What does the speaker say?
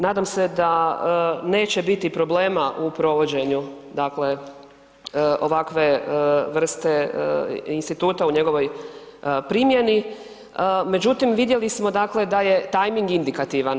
Nadam se da neće biti problema u provođenju ovakve vrste instituta u njegovoj primjeni, međutim vidjeli smo da je tajming indikativan.